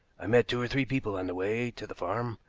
i met two or three people on the way to the farm.